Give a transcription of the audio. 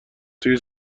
توی